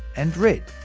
and red.